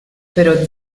pero